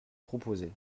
proposez